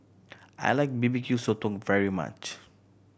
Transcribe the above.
I like B B Q Sotong very much